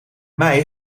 mij